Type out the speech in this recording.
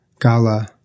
Gala